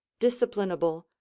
disciplinable